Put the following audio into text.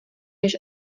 než